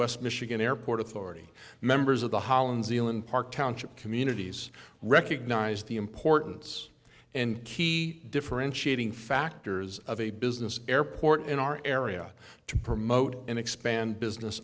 west michigan airport authority members of the holland zealand park township communities recognize the importance and key differentiating factors of a business airport in our area to promote and expand business